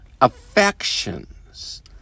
affections